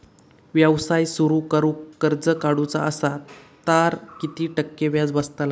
व्यवसाय सुरु करूक कर्ज काढूचा असा तर किती टक्के व्याज बसतला?